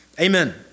Amen